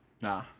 Nah